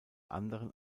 anderen